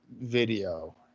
video